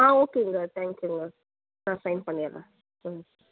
ஆ ஓகேங்க தேங்க்யூங்க நான் சைன் பண்ணிடுறேன் ம்